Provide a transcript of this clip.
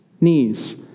knees